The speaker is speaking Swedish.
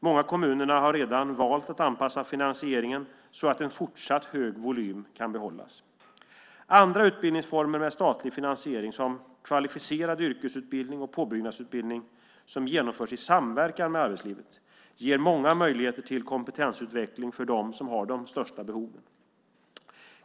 Många kommuner har redan valt att anpassa finansieringen så att en fortsatt hög volym kan behållas. Andra utbildningsformer med statlig finansiering, som kvalificerad yrkesutbildning och påbyggnadsutbildning som genomförs i samverkan med arbetslivet, ger många möjligheter till kompetensutveckling för dem som har de största behoven.